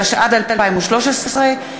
התשע"ד 2013,